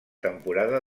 temporada